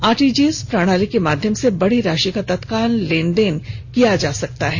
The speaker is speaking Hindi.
आरटीजीएस प्रणाली के माध्यम से बड़ी राशि का तत्काल लेन देन किया जा सकता है